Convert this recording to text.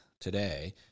today